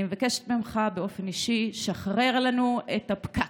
אני מבקש ממך באופן אישי: שחרר לנו את הפקק.